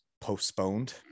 postponed